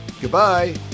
Goodbye